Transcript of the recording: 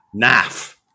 NAF